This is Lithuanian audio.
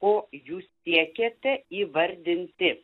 ko jūs siekiate įvardinti